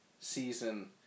season